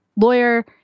lawyer